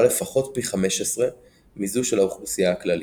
לפחות פי 15 מזו של האוכלוסייה הכללית.